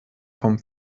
vom